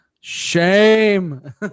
Shame